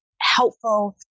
helpful